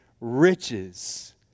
riches